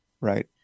right